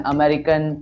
American